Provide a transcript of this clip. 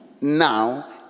now